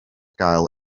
gael